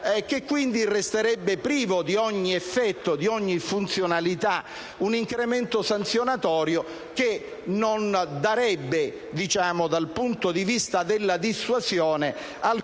e quindi resterebbe privo di ogni effetto e di ogni funzionalità un incremento sanzionatorio che non darebbe, dal punto di vista della dissuasione, alcun